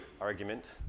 argument